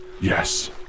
Yes